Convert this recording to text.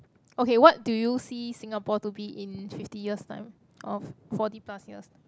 okay what do you see Singapore to be in fifty years time or forty plus years